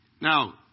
Now